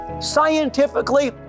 Scientifically